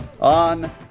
on